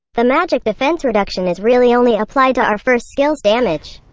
the magic defense reduction is really only applied to our first skill's damage.